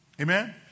Amen